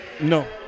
no